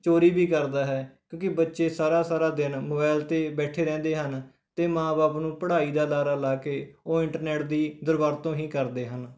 ਚੋਰੀ ਵੀ ਕਰਦਾ ਹੈ ਕਿਉਂਕਿ ਬੱਚੇ ਸਾਰਾ ਸਾਰਾ ਦਿਨ ਮੋਬਾਇਲ 'ਤੇ ਬੈਠੇ ਰਹਿੰਦੇ ਹਨ ਅਤੇ ਮਾਂ ਬਾਪ ਨੂੰ ਪੜ੍ਹਾਈ ਦਾ ਲਾਰਾ ਲਾ ਕੇ ਉਹ ਇੰਟਰਨੈੱਟ ਦੀ ਦੁਰਵਰਤੋਂ ਹੀ ਕਰਦੇ ਹਨ